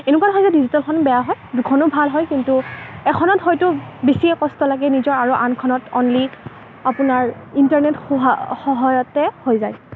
এনেকুৱা নহয় যে ডিজিটেলখন বেয়া হয় দুইখনেই ভাল হয় কিন্তু এখনত হয়তো বেছিয়ে কষ্ট লাগে নিজৰ আৰু আনখনত অ'নলি আপোনাৰ ইণ্টাৰনেটৰ সহায়তে হৈ যায়